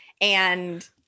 and-